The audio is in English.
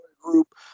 group